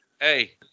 hey